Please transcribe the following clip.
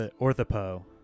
Orthopo